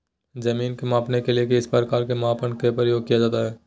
जमीन के मापने के लिए किस प्रकार के मापन का प्रयोग किया जाता है?